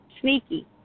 sneaky